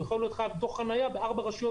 הוא יכול להיות חייב דוח חנייה בארבע רשויות